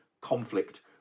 conflict